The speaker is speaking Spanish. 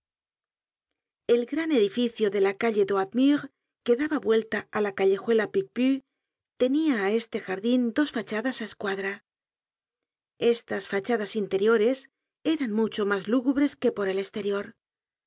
el gran edificio de la calle droit mur que daba vuelta á la callejuela picpus tenia á estejardin dos fachadas á escuadra estas fachadas interiores eran mucho mas lúgubres que por el esterior